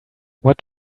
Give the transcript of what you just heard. what